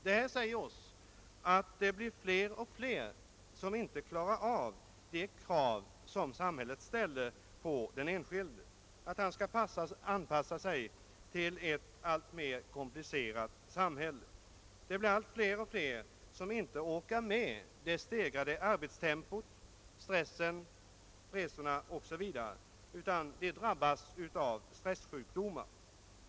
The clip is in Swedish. Detta säger oss att det blir fler och fler som inte kan fylla de krav som ställs på att den enskilde skall anpassa sig till ett alltmer komplicerat samhälle. Det blir allt fler som inte orkar med det stegrade arbetstempot, stressen, resorna osv. utan drabbas av stressjukdomar.